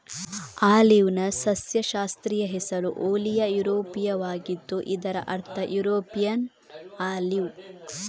ಆಲಿವ್ನ ಸಸ್ಯಶಾಸ್ತ್ರೀಯ ಹೆಸರು ಓಲಿಯಾ ಯುರೋಪಿಯಾವಾಗಿದ್ದು ಇದರ ಅರ್ಥ ಯುರೋಪಿಯನ್ ಆಲಿವ್